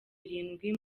irindwi